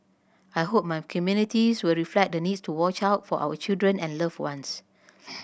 I hope my communities will reflect the needs to watch out for our children and loved ones